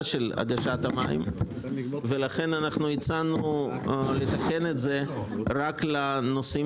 של הנגשת המים ולכן הצענו לתקן את זה רק לנושאי